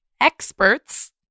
experts